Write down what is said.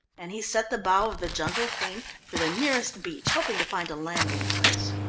and he set the bow of the jungle queen for the nearest beach, hoping to find a landing place.